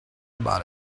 about